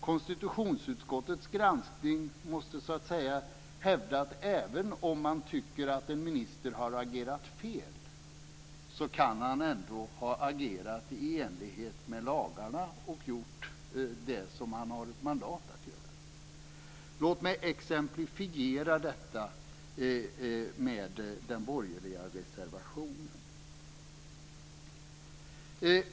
Konstitutionsutskottets granskning måste hävda att även om man tycker att en minister har agerat fel kan han ändå ha agerat i enlighet med lagarna och gjort det som han har mandat att göra. Låt mig exemplifiera detta med den borgerliga reservationen.